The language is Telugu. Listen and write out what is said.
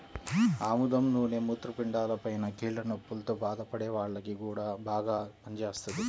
ఆముదం నూనె మూత్రపిండాలపైన, కీళ్ల నొప్పుల్తో బాధపడే వాల్లకి గూడా బాగా పనిజేత్తది